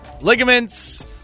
ligaments